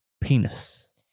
penis